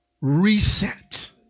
reset